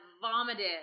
vomited